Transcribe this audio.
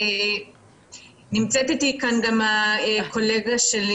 נמצאת אתי הקולגה שלי,